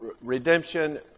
redemption